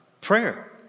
prayer